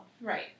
Right